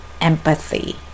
empathy